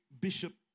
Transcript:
bishop